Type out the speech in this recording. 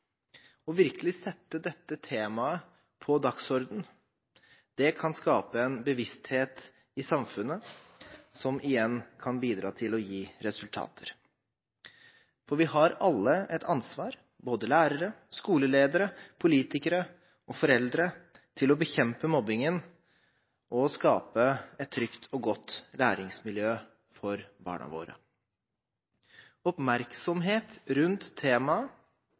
virkelig sette dette temaet på dagsordenen, kan skape en bevissthet i samfunnet som igjen kan bidra til å gi resultater. Vi har alle et ansvar, både lærere, skoleledere, politikere og foreldre, for å bekjempe mobbingen og skape et trygt og godt læringsmiljø for barna våre. Oppmerksomhet rundt temaet